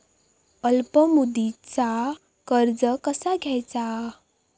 अल्प मुदतीचा कर्ज कसा घ्यायचा?